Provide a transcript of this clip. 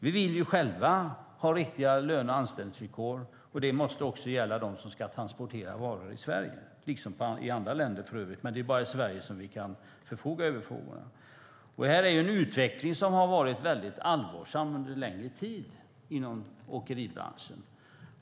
Vi vill själva ha riktiga löne och anställningsvillkor, och det måste också gälla dem som ska transportera varor i Sverige - liksom i andra länder, för övrigt. Det är dock bara i Sverige vi kan förfoga över frågorna. Detta är en utveckling som har varit allvarsam under längre tid inom åkeribranschen.